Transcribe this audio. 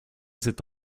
cette